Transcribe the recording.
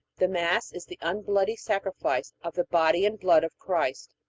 the mass is the unbloody sacrifice of the body and blood of christ.